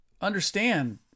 understand